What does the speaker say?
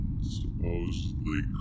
supposedly